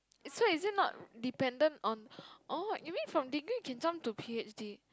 so is it not dependent on oh you mean from degree can jump to p_h_d